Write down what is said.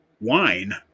wine